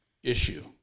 Issue